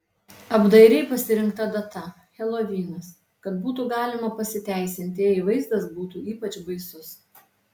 apdairiai pasirinkta data helovinas kad būtų galima pasiteisinti jei vaizdas būtų ypač baisus